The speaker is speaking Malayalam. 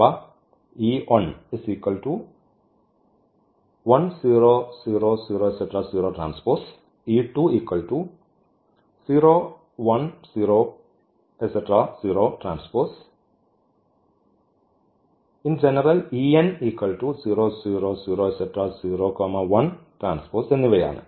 അവ and in എന്നിവയാണ്